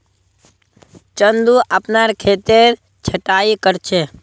चंदू अपनार खेतेर छटायी कर छ